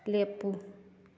ꯂꯦꯞꯄꯨ